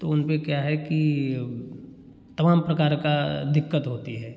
तो उनपे क्या है कि तमाम प्रकार का दिक्कत होती है